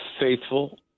faithful